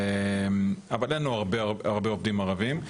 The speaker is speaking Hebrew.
אבל אין לנו הרבה עובדים ערביים.